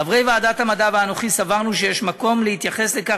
חברי ועדת המדע ואנוכי סברנו שיש מקום להתייחס לכך